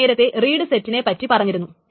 നമ്മൾ നേരത്തെ റീഡ് സെറ്റിനെ പറ്റി പറഞ്ഞിരുന്നു